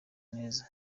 neza